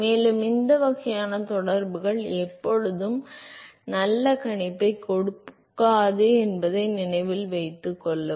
மேலும் இந்த வகையான தொடர்புகள் எப்போதும் நல்ல கணிப்பைக் கொடுக்காது என்பதை நினைவில் கொள்ளவும்